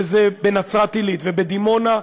וזה בנצרת-עילית ובדימונה,